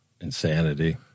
insanity